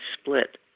split